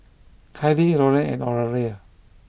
Kylie Loren and Oralia